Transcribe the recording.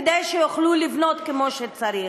כדי שיוכלו לבנות כמו שצריך.